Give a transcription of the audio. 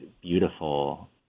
beautiful